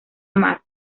mad